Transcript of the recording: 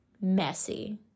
messy